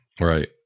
Right